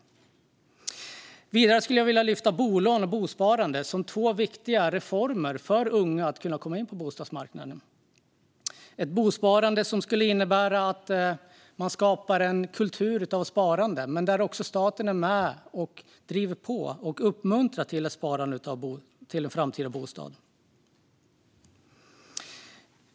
Det andra jag skulle vilja lyfta är bolån och bosparande som två viktiga reformer för att unga ska komma in på bostadsmarknaden. Det handlar om ett bosparande som innebär att man skapar en kultur av sparande men där också staten är med och uppmuntrar till sparande till en framtida bostad.